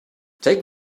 take